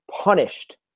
punished